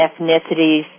ethnicities